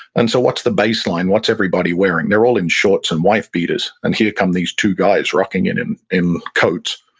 and so what's the baseline? what's everybody wearing? they're all in shorts and wife-beaters and here come these two guys walking in in in coats.